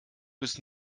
bis